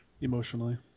Emotionally